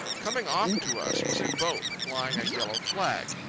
coming off to us was a boat, flying a yellow flag.